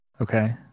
Okay